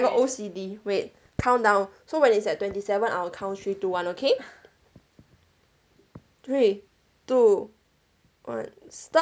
got O_C_D wait countdown so when it's at twenty seven I will count three two one okay three two one stop